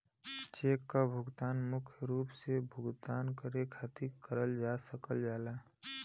check क इस्तेमाल मुख्य रूप से भुगतान करे खातिर करल जा सकल जाला